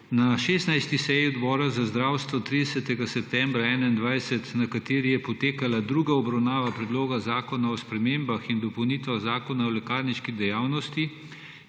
Na 16. seji Odbora za zdravstvo 30. septembra 2021, na kateri je potekala druga obravnava Predloga zakona o spremembah in dopolnitvah Zakona o lekarniški dejavnosti,